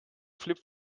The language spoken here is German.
flip